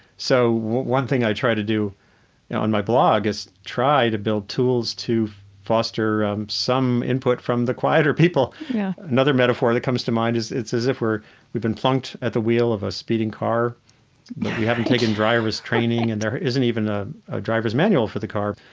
so one thing i try to do on my blog is try to build tools to foster um some input from the quieter people another metaphor that comes to mind is it's as if we've been plunked at the wheel of a speeding car, but we haven't taken driver's training and there isn't even a driver's manual for the car.